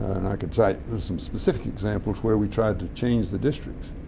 and i could cite some specific examples where we tried to change the districts.